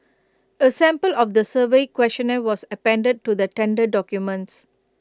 A sample of the survey questionnaire was appended to the tender documents